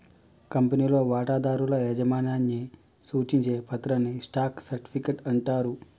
కంపెనీలో వాటాదారుల యాజమాన్యాన్ని సూచించే పత్రాన్ని స్టాక్ సర్టిఫికెట్ అంటారు